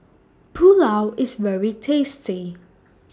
Pulao IS very tasty